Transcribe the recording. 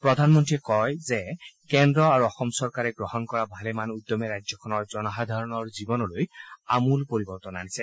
প্ৰধানমন্ত্ৰীয়ে কয় যে কেন্দ্ৰ আৰু অসম চৰকাৰে গ্ৰহণ কৰা ভালেমান উদ্যমে ৰাজ্যখনৰ জনসাধাৰণৰ জীৱনলৈ আমূল পৰিৱৰ্তন আনিছে